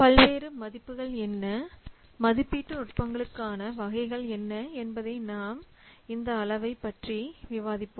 பல்வேறு மதிப்புகள் என்ன மதிப்பீட்டு நுட்பங்களுக்கு ஆன வகைகள் என்ன நாம் இந்த அளவு அளவை பற்றி விவாதிப்போம்